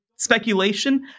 Speculation